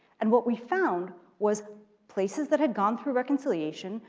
and what we found was places that had gone through reconciliation,